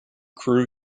crew